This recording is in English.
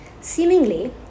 seemingly